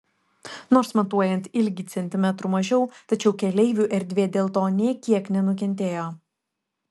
nors matuojant ilgį centimetrų mažiau tačiau keleivių erdvė dėl to nė kiek nenukentėjo